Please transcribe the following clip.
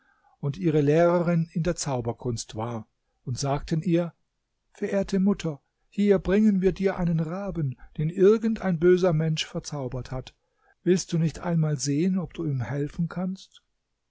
und ihre lehrerin in der zauberkunst war und sagten ihr verehrte mutter hier bringen wir dir einen raben den irgend ein böser mensch verzaubert hat willst du nicht einmal sehen ob du ihm helfen kannst